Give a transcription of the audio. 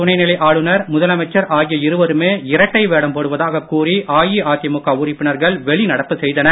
துணைநிலை ஆளுநர் முதலமைச்சர் ஆகிய இருவருமே இரட்டை வேடம் போடுவதாக கூறி அஇஅதிமுக உறுப்பினர்கள் வெளிநடப்பு செய்தனர்